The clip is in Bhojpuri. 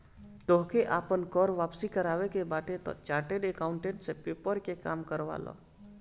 तोहके आपन कर वापसी करवावे के बाटे तअ चार्टेड अकाउंटेंट से पेपर के काम करवा लअ